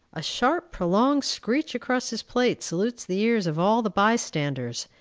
a sharp, prolonged screech across his plate salutes the ears of all the bystanders,